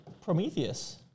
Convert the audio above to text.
Prometheus